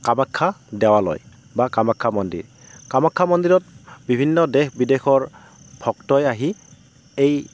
কামাখ্যা দেৱালয় বা কামাখ্যা মন্দিৰ কামাখ্যা মন্দিৰত বিভিন্ন দেশ বিদেশৰ ভক্তই আহি এই